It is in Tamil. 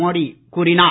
மோடி கூறினார்